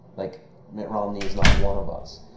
like mitt romney is not one of us.